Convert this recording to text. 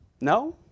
No